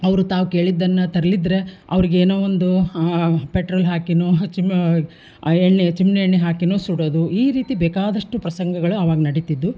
ಅವ್ರು ತಾವು ಕೇಳಿದ್ದನ್ನು ತರ್ದಿದ್ರೆ ಅವ್ರಿಗೇನೋ ಒಂದು ಪೆಟ್ರೋಲ್ ಹಾಕಿಯೋ ಚುಮ್ ಎಣ್ಣೆ ಚಿಮಣೆಣ್ಣೆ ಹಾಕಿಯೋ ಸುಡೋದು ಈ ರೀತಿ ಬೇಕಾದಷ್ಟು ಪ್ರಸಂಗಗಳು ಆವಾಗ ನಡೀತಿದ್ದವು